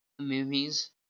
Movies